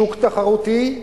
שוק תחרותי,